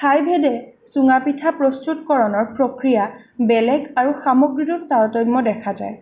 ঠাইভেদে চুঙা পিঠা প্ৰস্তুতকৰণৰ প্ৰক্ৰিয়া বেলেগ আৰু সামগ্ৰীৰো তাৰতম্য দেখা যায়